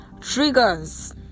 triggers